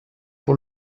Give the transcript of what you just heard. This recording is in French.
pour